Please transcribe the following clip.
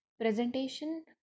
Presentation